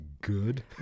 good